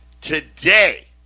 Today